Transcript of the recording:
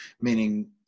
meaning